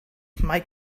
might